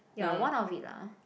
ya one of it lah